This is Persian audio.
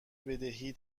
بدهی